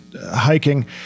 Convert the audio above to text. hiking